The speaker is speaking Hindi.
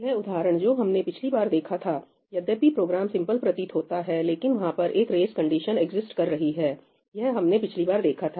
यह उदाहरण जो हमने पिछली बार देखा था यद्यपि प्रोग्राम सिंपल प्रतीत होता है लेकिन वहां पर एक रेस कंडीशन एग्जिसट कर रही है यह हमने पिछली बार देखा था